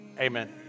Amen